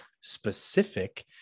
specific